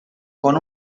con